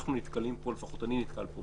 אנחנו נתקלים פה בוועדה